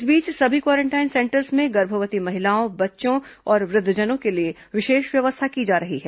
इस बीच सभी क्वारेंटाइन सेंटरों में गर्भवती महिलाओं बच्चों और वृद्धजनों के लिए विशेष व्यवस्था की जा रही है